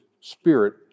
spirit